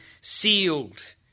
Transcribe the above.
sealed